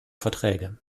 verträge